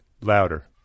louder